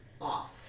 off